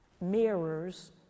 mirrors